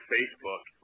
Facebook